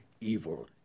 evil